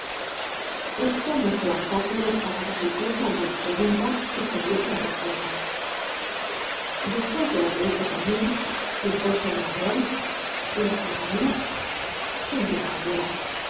esto no fue obstáculo para que se biciese algunas preguntas y se diese la respuesta despues de lo que hizo por mí si fuese un ladron le salvaría sin duda alguna